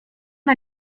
się